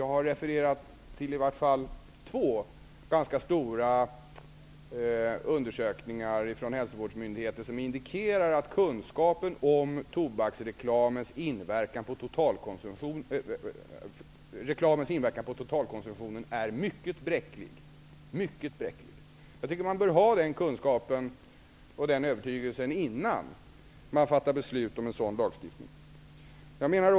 Jag har refererat till två stora undersökningar från hälsovårdsmyndigheter som indikerar att kunskapen om tobaksreklamens inverkningar på totalkonsumtionen är mycket bräcklig. Den kunskapen och övertygelsen bör finnas innan ett beslut fattas om en sådan lagstiftning. Fru talman!